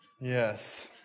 Yes